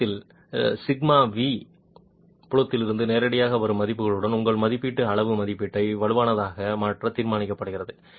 இடத்தில் இல் sigma v புலத்திலிருந்து நேரடியாக வரும் மதிப்புகளுடன் உங்கள் மதிப்பீட்டு அளவு மதிப்பீட்டை வலுவானதாக மாற்ற தீர்மானிக்கப்படுகிறது